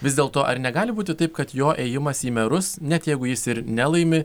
vis dėlto ar negali būti taip kad jo ėjimas į merus net jeigu jis ir nelaimi